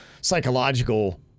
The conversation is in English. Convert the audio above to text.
psychological